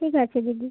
ঠিক আছে দিদি